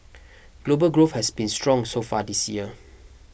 global growth has been strong so far this year